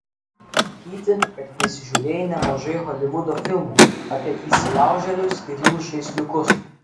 matyti kad prisižiūrėjai nemažai holivudo filmų apie įsilaužėlius ir jų žaisliukus